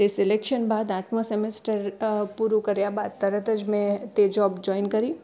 જ્યારે સિલેક્શન બાદ આઠમા સેમેસ્ટર અ પૂરું કર્યા બાદ તરત જ મેં એ જોબ જોઇન કરી